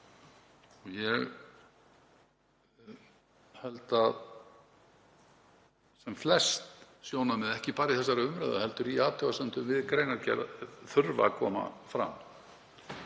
Ég held að sem flest sjónarmið, ekki bara í þessari umræðu heldur í athugasemdum við greinargerð, þurfi að koma fram.